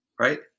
right